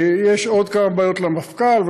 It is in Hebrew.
יש עוד כמה בעיות למפכ"ל,